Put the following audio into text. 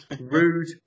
Rude